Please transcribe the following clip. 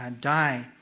die